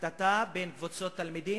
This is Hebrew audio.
קטטה בין קבוצות תלמידים.